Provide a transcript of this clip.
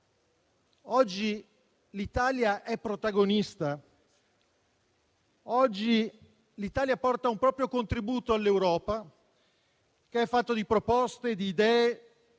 Oggi l'Italia è protagonista e porta un proprio contributo all'Europa che è fatto di proposte, di idee,